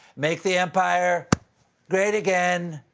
make the empire great again.